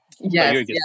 yes